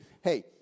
Hey